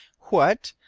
what!